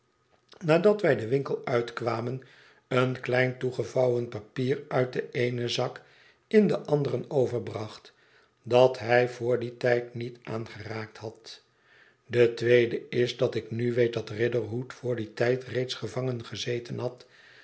nadat wij den winkel uitkwamen een klein toegevouwen papier uit den eenen zak in den anderen overbracht dat hij vr dien tijd niet aangeraakt had de tweede is dat ik nu weet dat riderhood vr dien tijd reeds gevangen gezeten had